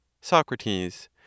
Socrates